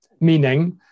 Meaning